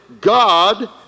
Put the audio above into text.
God